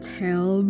tell